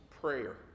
prayer